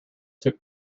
took